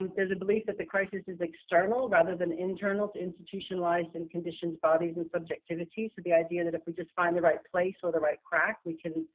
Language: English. there's a belief that the crisis is external rather than internal to institutionalized and conditioned bodies and subjectivities to the idea that if we just find the right place with the right crack, we can.